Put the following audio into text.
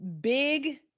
big